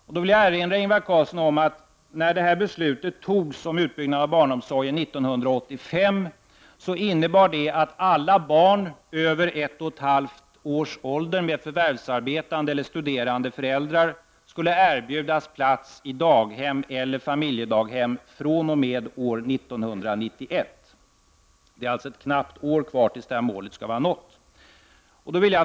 Jag vill erinra Ingvar Carlsson om att när beslutet fattades 1985 om utbyggnad av barnomsorgen, innebar det att alla barn över 1 1/2 års ålder med förvärvsarbetande eller studerande föräldrar skulle erbjudas plats i daghem eller familjedaghem fr.o.m. år 1991. Det är alltså ett knappt år kvar tills målet skall vara nått.